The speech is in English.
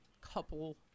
couple